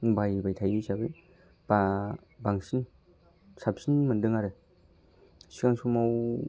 बाहायबाय थायो हिसाबै बा बांसिन साबसिन मोनदों आरो सिगां समाव